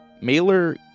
Mailer